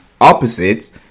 opposites